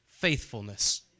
Faithfulness